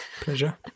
Pleasure